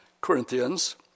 Corinthians